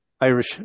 Irish